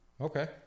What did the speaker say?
Okay